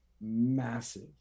massive